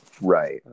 Right